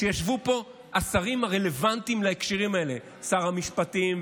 וישבו פה השרים הרלוונטיים להקשרים האלה: שר המשפטים,